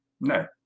No